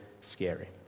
scary